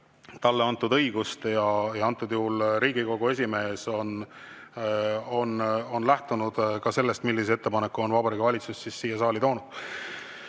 talle antud õigust ja antud juhul Riigikogu esimees on lähtunud sellest, millise ettepaneku Vabariigi Valitsus on siia saali toonud. Aivar